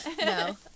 No